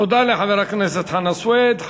תודה לחבר הכנסת חנא סוייד.